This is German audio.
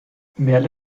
merle